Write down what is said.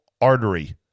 artery